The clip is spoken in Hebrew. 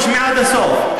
תשמעי עד הסוף.